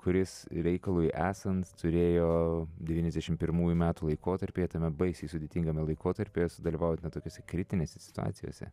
kuris reikalui esant turėjo devyniasdešim pirmųjų metų laikotarpyje tame baisiai sudėtingame laikotarpyje sudalyvaut na tokiose kritinėse situacijose